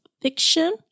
fiction